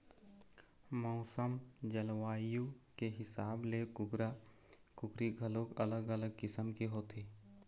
मउसम, जलवायु के हिसाब ले कुकरा, कुकरी घलोक अलग अलग किसम के होथे